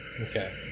Okay